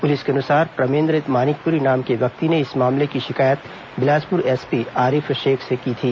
police के अनुसार प्रमेंद्र मानिकपुरी नाम के व्यक्ति ने इस मामले की शिकायत बिलासपुर एसपी आरिफ शेख से की थी